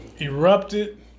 erupted